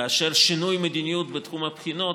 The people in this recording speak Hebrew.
כאשר שינוי מדיניות בתחום הבחינות,